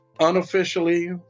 Unofficially